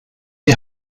die